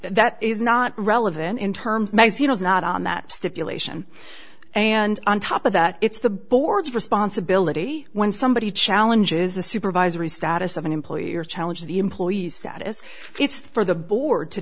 that is not relevant in terms magazine is not on that stipulation and on top of that it's the board's responsibility when somebody challenges a supervisory status of an employee or challenge the employee status it's for the board to